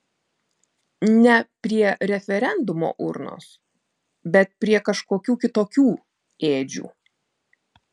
ne prie referendumo urnos bet prie kažkokių kitokių ėdžių